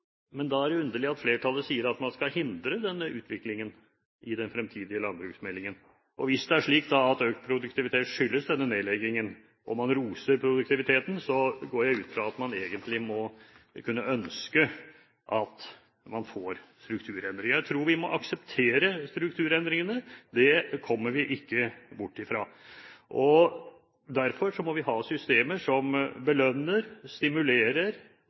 Men da er det underlig at flertallet sier at man skal hindre denne utviklingen i den fremtidige landbruksmeldingen. Hvis det er slik at økt produktivitet skyldes denne nedleggingen, og man roser produktiviteten, går jeg ut fra at man egentlig må kunne ønske at man får strukturendringer. Jeg tror vi må akseptere strukturendringene. Det kommer vi ikke bort fra. Derfor må vi ha systemer som belønner, stimulerer